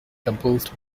composed